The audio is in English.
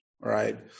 right